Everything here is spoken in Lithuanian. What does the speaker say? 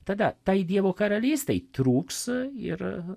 tada tai dievo karalystei trūks ir